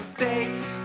fakes